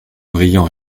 brillant